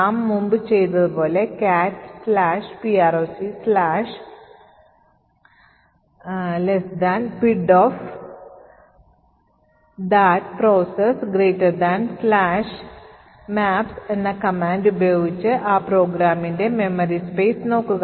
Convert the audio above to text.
നാം മുമ്പ് ചെയ്തതുപോലെ cat procPID of that processmaps എന്ന കമാൻഡ് ഉപയോഗിച്ച് ആ പ്രോഗ്രാമിന്റെ മെമ്മറി സ്പേസ് നോക്കുക